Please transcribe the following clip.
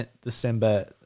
December